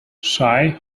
shi